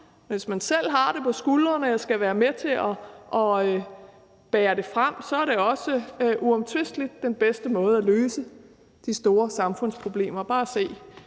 hvis man selv har det på skuldrene og skal være med til at bære det frem, er det også uomtvisteligt, at det er den bedste måde at løse de store samfundsproblemer